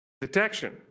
detection